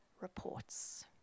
reports